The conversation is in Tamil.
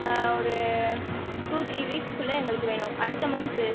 ஒரு டூ த்ரீ வீக்ஸ் குள்ளே எங்களுக்கு வேணும் அடுத்த மன்த்து